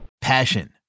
Passion